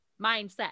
mindset